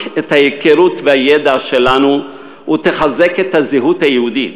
את ההיכרות והידע שלנו ותחזק את הזהות היהודית,